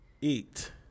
Eat